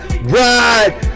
Ride